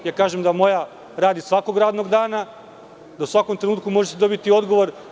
Moram da kažem da moja radi svakog radnog dana, da u svakom trenutku možete dobiti odgovor.